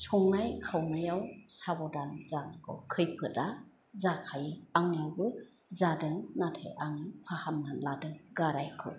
संनाय खावनायाव साबधान जानांगौ खैफोदआ जाखायो आंनावबो जादों नाथाय आं फाहामना लादों गारायखौ